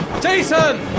Jason